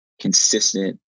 consistent